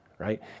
right